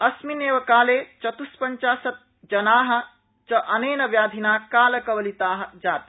अस्मिन् एव काले चत्पंचाशत् जना च अनेन व्याधिना कालकवलिता जाता